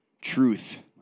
Truth